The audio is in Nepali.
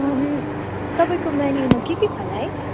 तपाईँको मेनुमा के के छ होला है